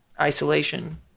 isolation